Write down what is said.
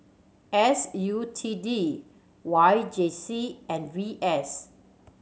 S U T D Y J C and V S